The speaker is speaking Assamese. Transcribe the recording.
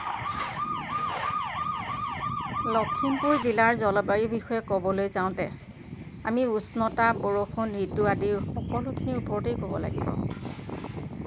লখিমপুৰ জিলাৰ জলবায়ু বিষয়ে ক'বলৈ যাওঁতে আমি উষ্ণতা বৰষুণ ঋতু আদি সকলোখিনিৰ ওপৰতেই ক'ব লাগিব